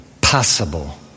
possible